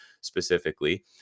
specifically